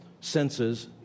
senses